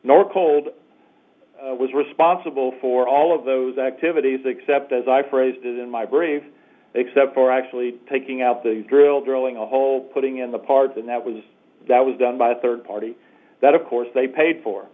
nor cold was responsible for all of those activities except as i phrased it in my brief except for actually taking out the drill drilling a hole putting in the parts and that was that was done by a third party that of course they paid for